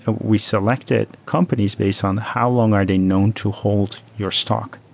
ah we selected companies based on how long are they known to hold your stock.